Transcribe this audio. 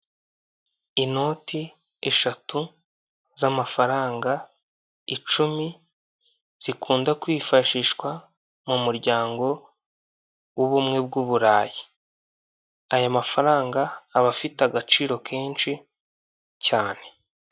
Inoti eshatu z'amafaranga icumi zikunda kwifashishwa mu muryango w'ubumwe bw'u Burayi. Aya mafaranga aba afite agaciro kenshi cyane.